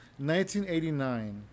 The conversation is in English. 1989